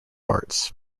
arts